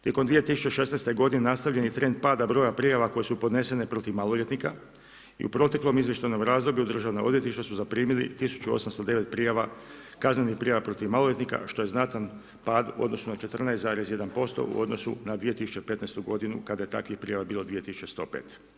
Tijekom 2016. godine nastavljen je trend pada broja prijava koje su podnesene protiv maloljetnika i u proteklom izvještajnom razdoblju državna odvjetništva su zaprimili 1809 kaznenih prijava protiv maloljetnika, a što je znatan pad u odnosu na 14,1% u odnosu na 2015. godinu kada je takvih prijava bilo 2105.